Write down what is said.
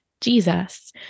Jesus